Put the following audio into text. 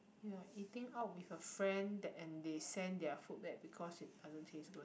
you are eating out with a friend that and they send their food back because it doesn't taste good